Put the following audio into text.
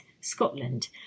Scotland